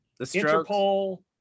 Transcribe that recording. Interpol